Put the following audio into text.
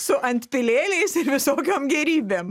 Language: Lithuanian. su antpilėliais ir visokiom gėrybėm